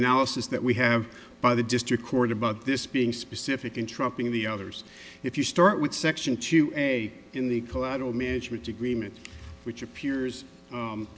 analysis that we have by the district court about this being specific in trucking the others if you start with section two a in the collateral management agreement which appears